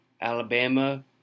Alabama